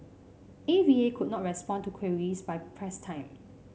A V A could not respond to queries by press time